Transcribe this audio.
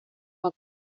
hoc